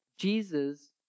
Jesus